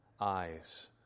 eyes